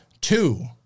Two